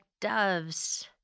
doves